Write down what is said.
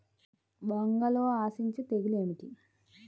వంగలో ఆశించు తెగులు ఏమిటి?